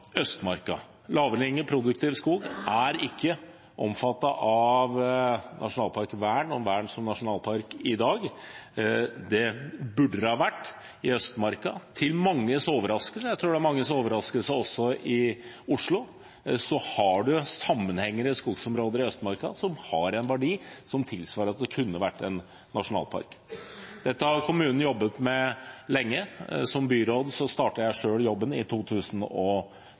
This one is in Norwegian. er ikke lavereliggende, produktiv skog omfattet av nasjonalparkvern og vern som nasjonalpark i dag. Det burde det ha vært i Østmarka. Til manges overraskelse – også i Oslo, tror jeg – har man sammenhengende skogsområder i Østmarka som har en verdi som tilsvarer at det kunne vært en nasjonalpark. Dette har kommunen jobbet med lenge. Som byråd startet jeg selv jobben i